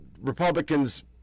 Republicans